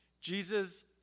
jesus